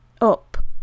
up